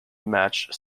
matched